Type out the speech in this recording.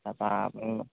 তাৰপা আপ